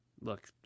Look